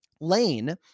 Lane